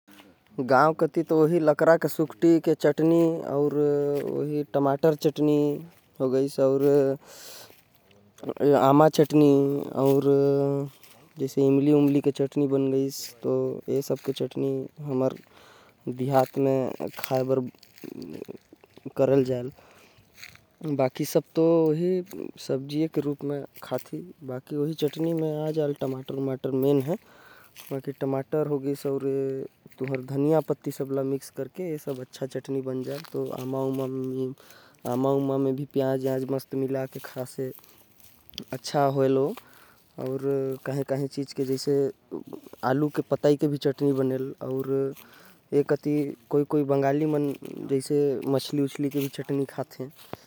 हमन तो लकड़ा, सुकठी, टमाटर, आम अउ। इमली के चटनी खाथि अउ जानथि।